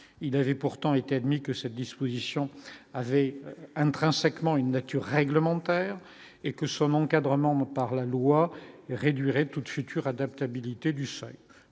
il avait pourtant été admis que cette disposition avait intrinsèquement une nature réglementaire et que son encadrement par la loi et réduirait toute future adaptabilité du soleil,